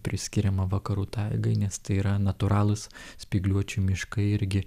priskiriama vakarų taigai nes tai yra natūralūs spygliuočių miškai irgi